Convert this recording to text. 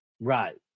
right